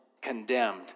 condemned